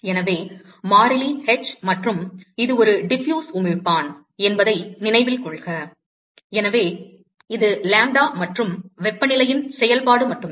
எனவே மாறிலி h மற்றும் இது ஒரு ஃடிஃப்யூஸ் உமிழ்ப்பான் என்பதை நினைவில் கொள்க எனவே இது லாம்ப்டா மற்றும் வெப்பநிலையின் செயல்பாடு மட்டுமே